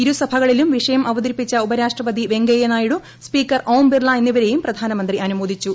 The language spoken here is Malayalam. ഇരു സഭകളിലും വിഷയം അവതരിപ്പിച്ച ഉപരാഷ്ട്രപതി ശ്രീ വെങ്കയ്യ നായിഡു സ്പീക്കർ ഓം ബിർള എന്നിവരെയും പ്രധാനമന്ത്രി അനുമോദിച്ചു